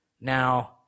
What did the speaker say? now